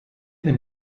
den